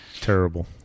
Terrible